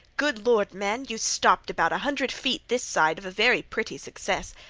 good lord, man, you stopped about a hundred feet this side of a very pretty success!